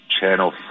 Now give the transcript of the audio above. Channel